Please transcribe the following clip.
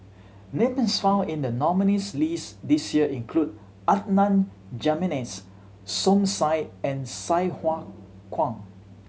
names found in the nominees' list this year include Adan Jimenez Som Said and Sai Hua Kuan